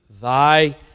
Thy